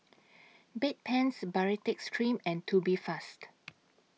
Bedpans Baritex Cream and Tubifast